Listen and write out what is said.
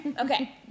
Okay